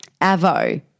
AVO